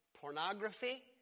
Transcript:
pornography